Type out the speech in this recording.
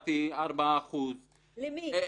הממוצעת היא 4%. למי?